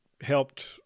helped